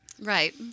Right